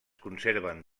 conserven